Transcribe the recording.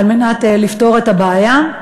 כדי לפתור את הבעיה,